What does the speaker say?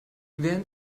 während